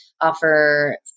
offer